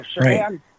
Right